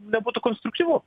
nebūtų konstruktyvu